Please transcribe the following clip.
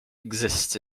exists